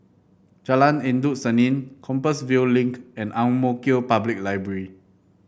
Jalan Endut Senin Compassvale Link and Ang Mo Kio Public Library